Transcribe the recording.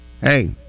hey